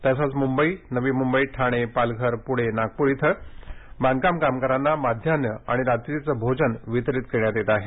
तसंच मुंबई नवी मुंबई ठाणे पालघर पुणे नागपूर इथं बांधकाम कामगारांना माध्यान्ह आणि रात्रीचं भोजन वितरित करण्यात येत आहे